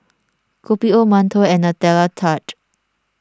Kopi OMantou and Nutella Tart